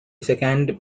second